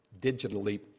digitally